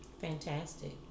Fantastic